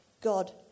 God